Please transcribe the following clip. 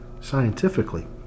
scientifically